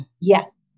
Yes